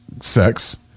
sex